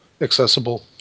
accessible